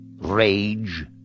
Rage